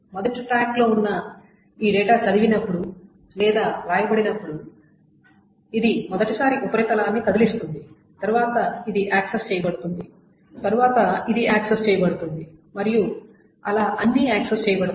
మొదటి ట్రాక్లో ఉన్న ఈ డేటా చదివినప్పుడు లేదా వ్రాయబడినప్పుడు ఇది మొదటిసారి ఉపరితలాన్ని కదిలిస్తుంది తర్వాత ఇది యాక్సెస్ చేయబడుతుంది తర్వాత ఇది యాక్సెస్ చేయబడుతుంది మరియు అలా అన్ని యాక్సెస్ చేయబడతాయి